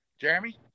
Jeremy